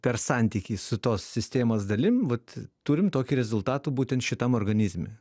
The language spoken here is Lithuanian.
per santykį su tos sistemos dalim vat turim tokį rezultatų būtent šitam organizme